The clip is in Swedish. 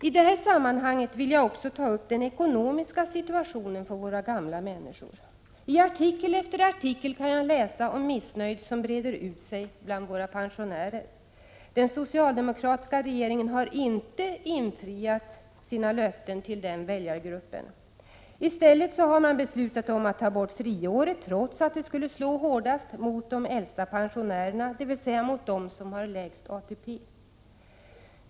I det här sammanhanget vill jag också ta upp den ekonomiska situationen för våra gamla människor. I artikel efter artikel kan jag läsa om det missnöje som breder ut sig bland våra pensionärer. Den socialdemokratiska regeringen har inte infriat sina löften till denna väljargrupp. I stället har man beslutat om att ta bort friåret, trots att det skulle slå hårdast mot de äldsta pensionärerna, dvs. mot dem som har lägst ATP.